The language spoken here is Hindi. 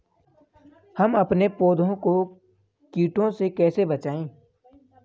हम अपने पौधों को कीटों से कैसे बचाएं?